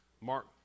Mark